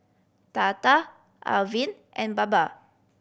Tata Arvind and Baba